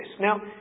Now